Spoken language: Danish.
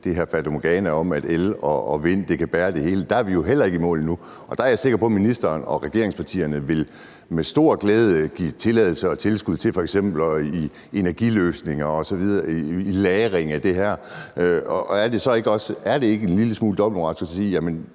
det er et fatamorgana, at el og vind kan bære det hele, for der er vi jo heller ikke i mål endnu. Og der er jeg sikker på, at ministeren og regeringspartierne med stor glæde vil give tilladelse til og tilskud til energiløsninger osv., i lagringen af det her, og er det ikke en lille smule dobbeltmoralsk? Er